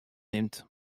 nimt